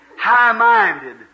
high-minded